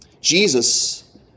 Jesus